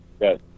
Yes